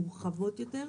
מורחבות יותר.